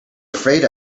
afraid